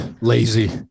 lazy